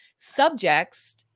subjects